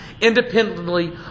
independently